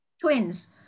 Twins